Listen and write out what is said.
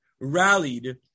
rallied